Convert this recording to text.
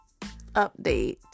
update